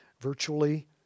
virtually